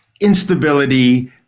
instability